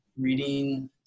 reading